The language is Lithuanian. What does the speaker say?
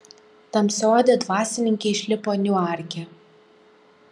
tamsiaodė dvasininkė išlipo niuarke